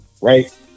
right